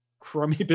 Crummy